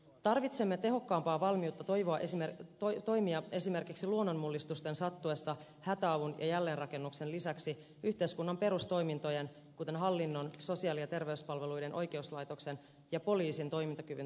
tarvitsemme tehokkaampaa valmiutta toimia esimerkiksi luonnonmullistusten sattuessa hätäavun ja jälleenrakennuksen lisäksi yhteiskunnan perustoimintojen kuten hallinnon sosiaali ja terveyspalveluiden oikeuslaitoksen ja poliisin toimintakyvyn turvaamiseksi